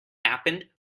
happened